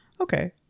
okay